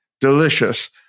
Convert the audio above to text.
delicious